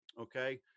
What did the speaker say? okay